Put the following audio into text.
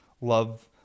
love